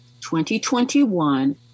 2021